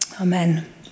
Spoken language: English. Amen